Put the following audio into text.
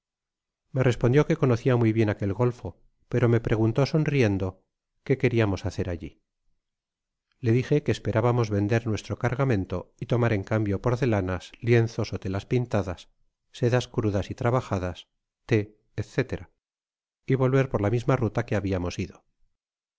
me respondié que conocia muy bien aquel golfo pero me preguntó sonriendo qué queriamos hacer alli le dije que esperábamos vender nuestro cargamento y tomar en cambio porcelanas lienzos ó telas pintadas sedas crudas y trabajadas té etc y volver por la misma ruta que habiamos ido